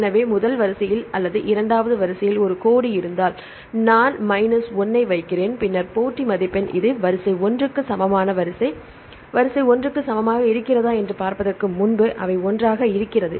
எனவே முதல் வரிசையில் அல்லது இரண்டாவது வரிசையில் ஒரு கோடு இருந்தால் நான் மைனஸ் 1 ஐ வைக்கிறேன் பின்னர் போட்டி மதிப்பெண் இது வரிசை 1 க்கு சமமான வரிசை 1 க்கு சமமாக இருக்கிறதா என்று பார்ப்பதற்கு முன்பு அவை ஒன்றாக இருக்கிறது